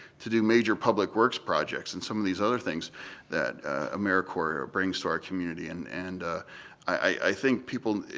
to do major public works projects and some of these other things that americorps brings to our community. and and i think people,